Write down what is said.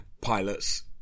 pilots